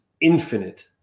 infinite